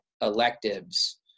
electives